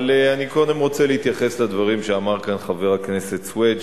אבל אני קודם רוצה להתייחס לדברים שאמר כאן חבר הכנסת סוייד,